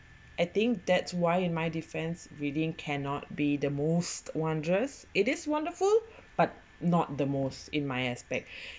I think that's why in my defence reading cannot be the most wondrous it is wonderful but not the most in my aspect